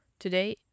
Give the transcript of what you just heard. Today